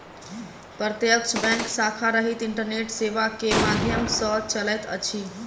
प्रत्यक्ष बैंक शाखा रहित इंटरनेट सेवा के माध्यम सॅ चलैत अछि